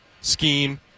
scheme